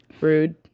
Rude